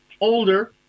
older